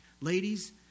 Ladies